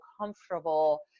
comfortable